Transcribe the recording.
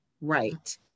right